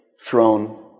Throne